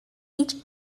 each